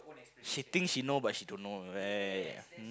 she think she know but she don't know right